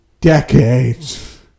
decades